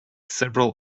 several